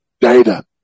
data